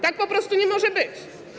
Tak po prostu nie może być.